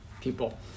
people